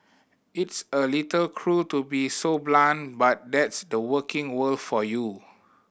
it's a little cruel to be so blunt but that's the working world for you